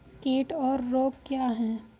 कीट और रोग क्या हैं?